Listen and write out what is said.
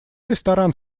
ресторан